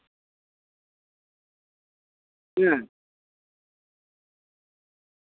ᱦᱮᱸ